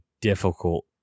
difficult